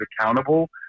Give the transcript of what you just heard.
accountable